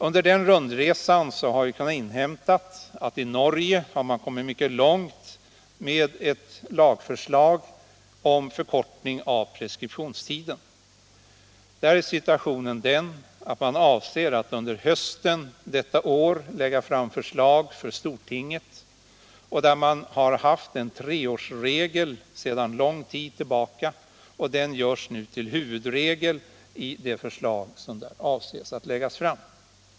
Under den rundresan har vi kunnat inhämta att i Norge har man kommit mycket långt med ett lagförslag om förkortning av preskriptionstiden. Där är situationen den att man avser att under hösten detta år lägga fram förslag för stortinget. Man har haft en treårsregel sedan lång tid tillbaka, och den görs nu till huvudregel i det förslag som regeringen avser att lägga fram.